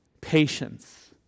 patience